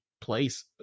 place